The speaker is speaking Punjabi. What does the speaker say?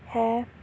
ਹੈ